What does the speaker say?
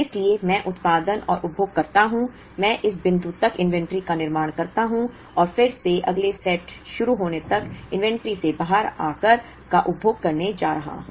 इसलिए मैं उत्पादन और उपभोग करता हूं मैं इस बिंदु तक इन्वेंट्री का निर्माण करता हूं और फिर मैं अगले सेट शुरू होने तक इन्वेंट्री से बाहर का उपभोग करने जा रहा हूं